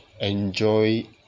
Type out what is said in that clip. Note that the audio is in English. Enjoy